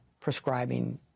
prescribing